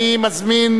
ואני מזמין,